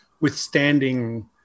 withstanding